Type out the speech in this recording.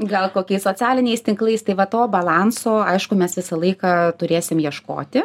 gal kokiais socialiniais tinklais tai va to balanso aišku mes visą laiką turėsim ieškoti